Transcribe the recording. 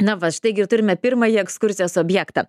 na va štai gi ir turime pirmąjį ekskursijos objektą